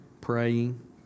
praying